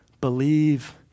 believe